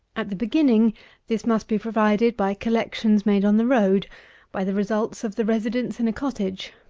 at the beginning this must be provided by collections made on the road by the results of the residence in a cottage.